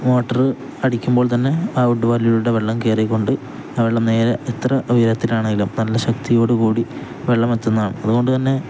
motor അടിക്കുമ്പോൾ തന്നെ ആ ഫുഡ്വാലിലൂടെ വെള്ളം കയറിക്കൊണ്ട് ആ വെള്ളം നേരെ എത്ര ഉയരത്തിലാണേലും നല്ല ശക്തിയോടു കൂടി വെള്ളം എത്തുന്നതാണ് അതുകൊണ്ടുതന്നെ